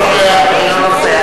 אינו נוכח אינו נוכח.